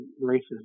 races